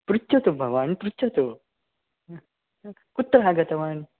पृच्छतु भवान् पृच्छतु कुत्र आगतवान्